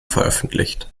veröffentlicht